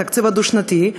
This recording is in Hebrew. התקציב הדו-שנתי,